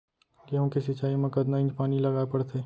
गेहूँ के सिंचाई मा कतना इंच पानी लगाए पड़थे?